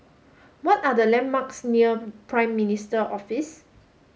what are the landmarks near Prime Minister Office